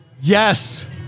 Yes